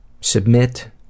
submit